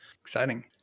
exciting